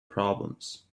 problems